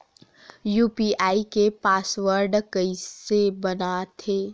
UPI के password कइसे बनाथे?